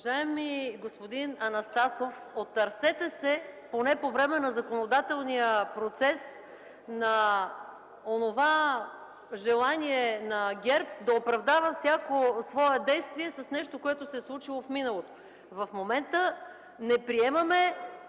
Уважаеми господин Анастасов, отърсете се поне по време на законодателния процес от онова желание на ГЕРБ да оправдава всяко свое действие с нещо, което се е случвало в миналото. В момента не приемаме